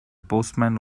postman